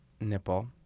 nipple